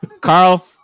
Carl